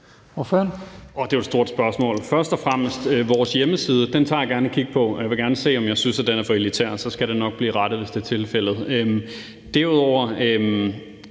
Det er stort spørgsmål. Først og fremmest vil jeg sige, at jeg gerne tager et kig på vores hjemmeside. Jeg vil gerne se, om jeg synes, den er for elitær, og så skal det nok blive rettet, hvis det er tilfældet.